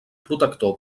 protector